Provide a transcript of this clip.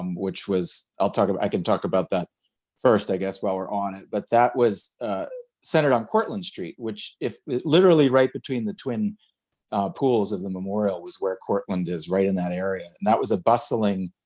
um which was i'll talk about i can talk about that first i guess while we're on it, but that was centered on cortlandt street which if it's literally right between the twin pools of the memorial was where cortlandt is, right in that area. and that was a bustling